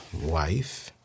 wife